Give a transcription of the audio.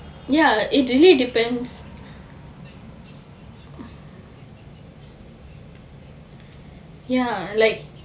ya it really depends ya like